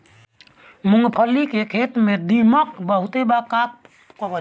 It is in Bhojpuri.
मूंगफली के खेत में दीमक बहुत बा का करी?